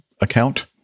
account